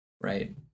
Right